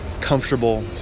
comfortable